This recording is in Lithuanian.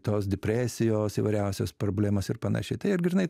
tos depresijos įvairiausios problemos ir panašiai tai ir grynai